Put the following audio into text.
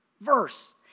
verse